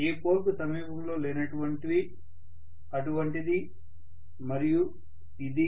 ఏ pole కు సమీపంలో లేనటువంటివి అటువంటిది మరియు ఇది